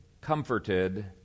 comforted